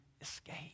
escape